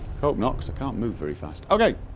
hope not cause i can't move very fast okay!